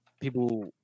people